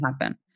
happen